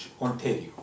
Ontario